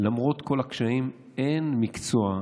שלמרות כל הקשיים אין מקצוע,